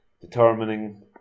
determining